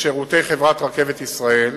בשירותי חברת "רכבת ישראל",